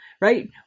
Right